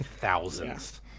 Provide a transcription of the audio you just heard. thousands